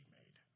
made